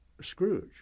Scrooge